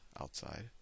outside